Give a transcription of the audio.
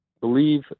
believe